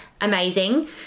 amazing